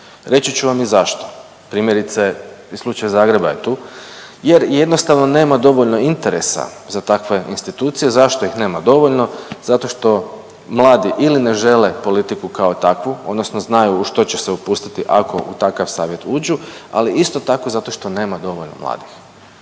Reći ću vam i zašto. Primjerice i slučaj Zagreba je tu, jer jednostavno nema dovoljno interesa za takve institucije. Zašto ih nema dovoljno? Zato što mladi ili ne žele politiku kao takvu, odnosno znaju u što će se upustiti ako u takav savjet uđu, ali isto tako zato što nema dovoljno mladih.